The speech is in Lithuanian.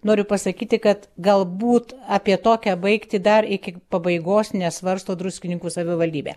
noriu pasakyti kad galbūt apie tokią baigtį dar iki pabaigos nesvarsto druskininkų savivaldybė